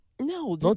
No